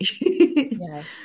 Yes